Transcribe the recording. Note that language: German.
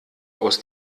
aus